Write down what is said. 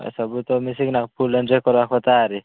ଏ ସବୁତ ମିଶିକିନା full enjoy କରିବା କଥାହାରି